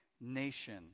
nation